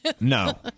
No